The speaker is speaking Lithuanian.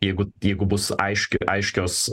jeigu jeigu bus aiški aiškios